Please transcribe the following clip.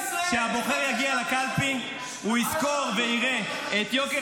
כשהבוחר יגיע לקלפי הוא יזכור ויראה את יוקר